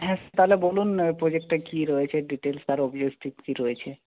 হ্যাঁ তাহলে বলুন না ওই প্রোজেক্টটা কী রয়েছে ডিটেইলস তার কী রয়েছে